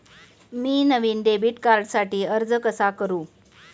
मी नवीन डेबिट कार्डसाठी अर्ज कसा करू?